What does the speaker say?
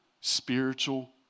spiritual